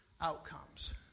outcomes